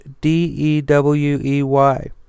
D-E-W-E-Y